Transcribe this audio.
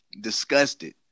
Disgusted